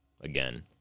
again